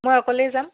মই অকলেই যাম